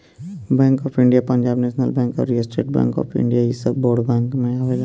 bank of India, Punjab national bank अउरी state bank of India इ सब बड़ बैंकन में आवेला